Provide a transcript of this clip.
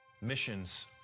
Missions